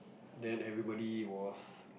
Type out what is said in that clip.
then everybody was